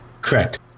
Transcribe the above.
correct